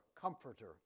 comforter